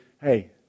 hey